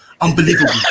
unbelievable